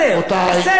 בסדר.